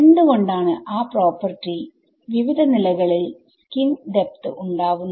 എന്തുകൊണ്ടാണ് ആ പ്രോപ്പർട്ടിക്ക്വിവിധ നിലകളിൽ സ്കിൻഡെപ്ത് ഉണ്ടാവുന്നത്